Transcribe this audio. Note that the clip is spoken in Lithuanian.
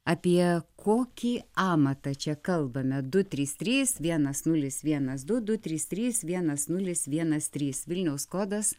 apie kokį amatą čia kalbame du trys trys vienas nulis vienas du du trys trys vienas nulis vienas trys vilniaus kodas